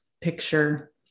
picture